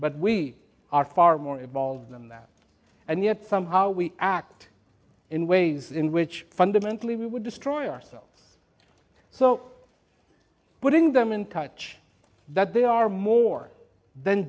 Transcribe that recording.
but we are far more evolved than that and yet somehow we act in ways in which fundamentally we would destroy ourselves so putting them in touch that they are more than